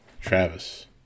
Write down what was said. Travis